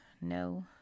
No